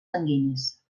sanguinis